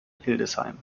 hildesheim